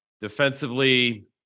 Defensively